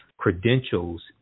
credentials